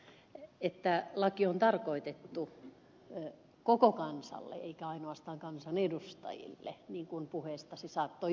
ukkolalle että laki on tarkoitettu koko kansalle eikä ainoastaan kansanedustajille niin kuin puheestanne saattoi ymmärtää